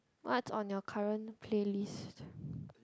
what's on your current playlist